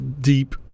deep